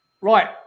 Right